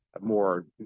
more